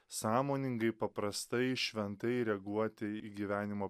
sąmoningai paprastai šventai reaguoti į gyvenimo